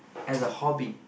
as a hobby